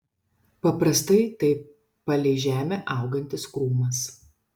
paprastai tai palei žemę augantis krūmas